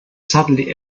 suddenly